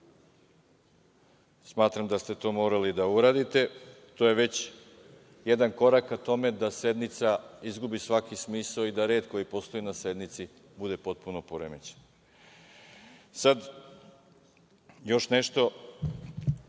Smatram da ste to morali da uradite. To je već jedan korak ka tome da sednica izgubi svaki smisao i da red koji postoji na sednici bude potpuno poremećen. Sada, još nešto,